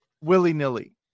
willy-nilly